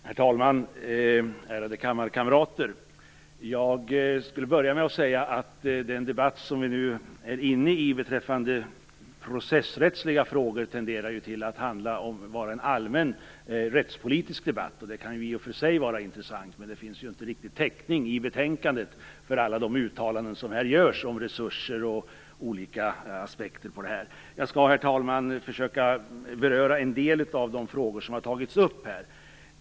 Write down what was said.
Herr talman och ärade kammarkamrater! Jag vill börja med att säga att den debatt som vi nu är inne i beträffande processrättliga frågor tenderar till att vara en allmän rättspolitisk debatt. Det kan i och för sig vara intressant, men det finns inte riktigt täckning i betänkandet för alla de uttalanden som här görs om resurser och olika aspekter på detta. Herr talman! Jag skall försöka att beröra en del av de frågor som här har tagits upp.